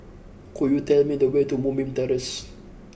could you tell me the way to Moonbeam Terrace